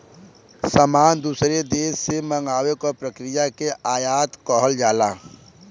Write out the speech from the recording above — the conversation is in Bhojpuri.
सामान दूसरे देश से मंगावे क प्रक्रिया के आयात कहल जाला